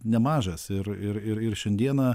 nemažas ir ir ir ir šiandieną